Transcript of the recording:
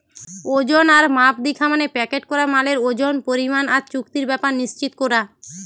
ওজন আর মাপ দিখা মানে প্যাকেট করা মালের ওজন, পরিমাণ আর চুক্তির ব্যাপার নিশ্চিত কোরা